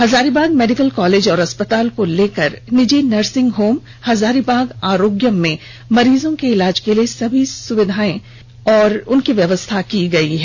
Hazaribagh medical college एवं अस्पताल से लेकर निजी नर्सिंग होम हजारीबाग आरोग्यम में मरीजों के इलाज के लिए सभी व्यवस्थाएं की गई हैं